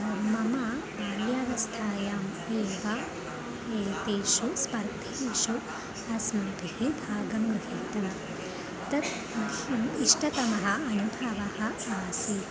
मम बाल्यावस्थायाम् एव एतासु स्पर्धासु अस्माभिः भागं गृहीतं तत् मह्यम् इष्टतमः अनुभवः आसीत्